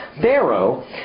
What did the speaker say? Pharaoh